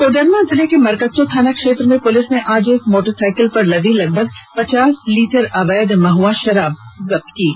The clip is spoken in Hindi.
कोडरमा जिले के मरकच्चो थाना क्षेत्र में पुलिस ने आज एक मोटरसाईकल पर लदी लगभग पचास लीटर अवैध महुआ शराब को जब्त की है